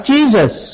Jesus